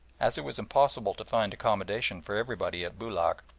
as it was impossible to find accommodation for everybody at boulac,